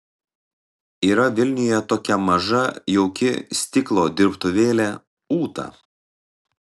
yra vilniuje tokia maža jauki stiklo dirbtuvėlė ūta